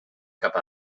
cap